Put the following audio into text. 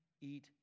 eat